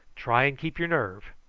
try and keep your nerve.